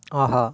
ஆஹா